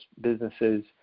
businesses